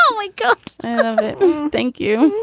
um like got thank you.